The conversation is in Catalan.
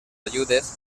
ajudes